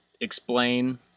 explain